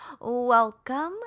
welcome